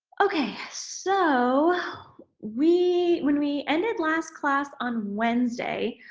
okay. so we when we ended last class on wednesday,